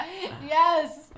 yes